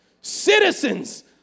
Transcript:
Citizens